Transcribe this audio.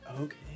Okay